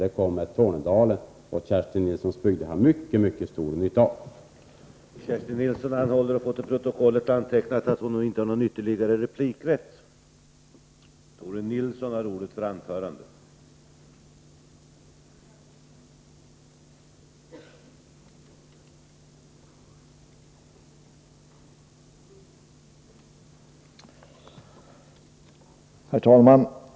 Det kommer Tornedalen och Kerstin Nilssons bygder att ha mycket stor 29 maj 1984 nyRtgrav: R egionalpolitiken Andre vice talmannen anmälde att Kerstin Nilsson anhållit att till